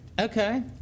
Okay